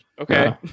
okay